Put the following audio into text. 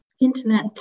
internet